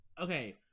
Okay